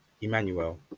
Emmanuel